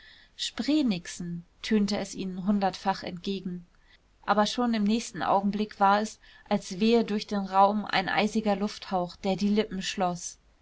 spreenixen tönte es ihnen hundertfach entgegen aber schon im nächsten augenblick war es als wehe durch den raum ein eisiger lufthauch der die lippen schloß